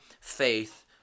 faith